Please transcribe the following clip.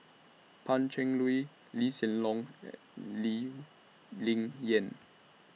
Pan Cheng Lui Lee Hsien Loong and Lee Ling Yen